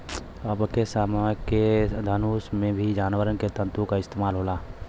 अबके समय के धनुष में भी जानवर के तंतु क इस्तेमाल होला